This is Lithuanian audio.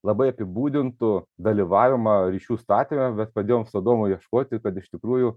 labai apibūdintų dalyvavimą ryšių statyme bet pradėjom su adomu ieškoti kad iš tikrųjų